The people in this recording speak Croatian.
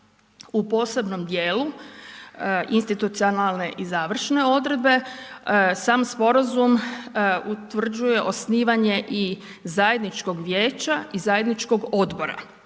U posebnom djelu institucionalne i završne odredbe, sam sporazum utvrđuje i osnivanje zajedničkog vijeća i zajedničkog odbora,